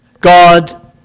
God